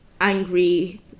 angry